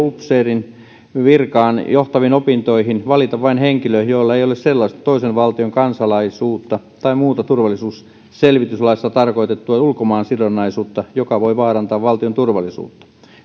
upseerin virkaan johtaviin opintoihin valita vain henkilö jolla ei ole sellaista toisen valtion kansalaisuutta tai muuta turvallisuusselvityslaissa tarkoitettua ulkomaansidonnaisuutta joka voi vaarantaa valtion turvallisuutta